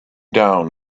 down